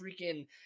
freaking